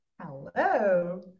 Hello